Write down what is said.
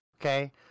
okay